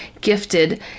gifted